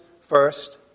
first